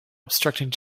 obstructing